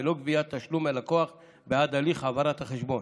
בלא גביית תשלום מהלקוח בעד הליך העברת החשבון.